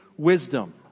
wisdom